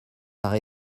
par